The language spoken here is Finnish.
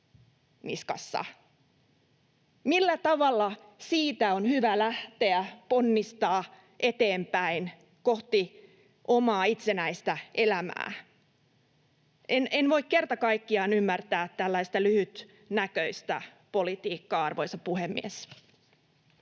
Millä tavalla siitä on hyvä lähteä ponnistamaan eteenpäin kohti omaa itsenäistä elämää? En voi kerta kaikkiaan ymmärtää tällaista lyhytnäköistä politiikkaa, arvoisa puhemies.